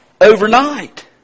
overnight